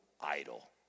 idol